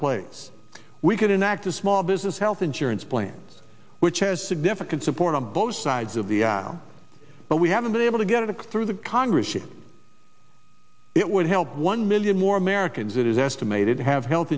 place we could enact a small business health insurance plan which has significant support on both sides of the al but we haven't been able to get a through the congress if it would help one million more americans it is estimated to have health